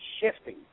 shifting